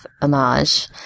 homage